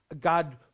God